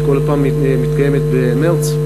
שכל פעם מתקיימת במרס,